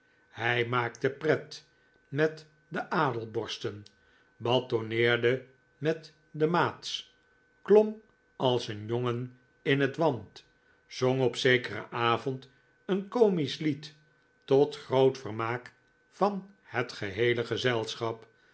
hij maakte pret met de adelborsten batonneerde met de maats klom als een jongen in het want zong op zekeren avond een komisch lied tot groot vermaak van het geheele gezelschap